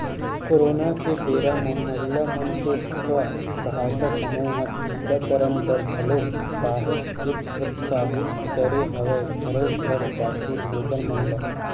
corona के बेरा म महिला मन के स्व सहायता समूह ह टीकाकरन बर घलोक काहेच के प्रोत्साहित करे हवय घरो घर जाके लोगन मन ल